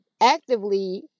actively